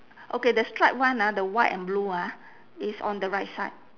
okay the stripe one ah the white and blue ah is on the right side